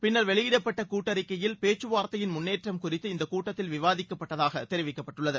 பின்னர் வெளியிடப்பட்ட கூட்டறிக்கையில் பேச்சுவார்த்தையின் முன்னேற்றம் குறித்து இந்த கூட்டத்தில் விவாதிக்கப்பட்டதாக தெரிவிக்கப்பட்டுள்ளது